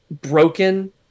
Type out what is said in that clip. broken